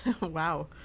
Wow